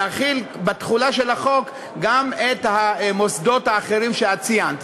להכיל בתחולה של החוק גם את המוסדות האחרים שאת ציינת.